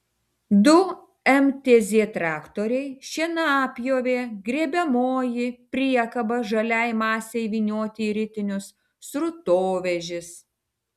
du mtz traktoriai šienapjovė grėbiamoji priekaba žaliai masei vynioti į ritinius srutovežis